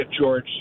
George